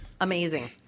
amazing